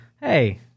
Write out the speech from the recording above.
Hey